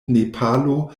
nepalo